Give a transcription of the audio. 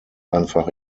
einfach